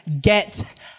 get